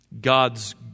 God's